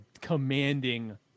commanding